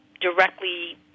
directly